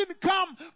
come